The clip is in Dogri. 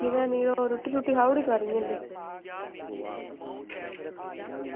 कुतै निं होर रुट्टी शुट्टी खाई ओड़ी दपैह्रीं आह्ली